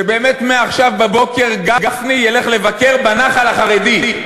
שבאמת מעכשיו גפני ילך בבוקר לבקר בנח"ל החרדי.